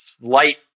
light